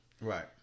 Right